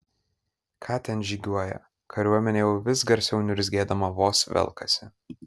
ką ten žygiuoja kariuomenė jau vis garsiau niurzgėdama vos velkasi